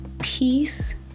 peace